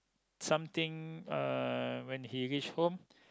something uh when he reach home